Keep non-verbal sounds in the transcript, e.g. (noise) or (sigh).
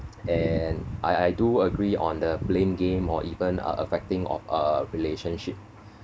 (noise) and I I do agree on the playing game or even uh affecting of a relationship